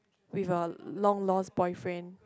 with a long lost boyfriend